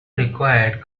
required